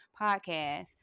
podcast